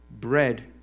bread